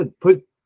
put